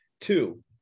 two